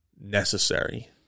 necessary